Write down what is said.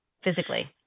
Physically